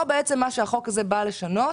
החוק הזה בא לשנות